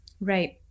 Right